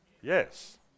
Yes